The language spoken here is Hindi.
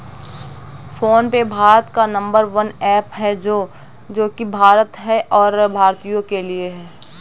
फोन पे भारत का नंबर वन ऐप है जो की भारतीय है और भारतीयों के लिए है